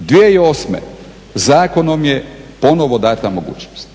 2008. zakonom je ponovo dana mogućnost.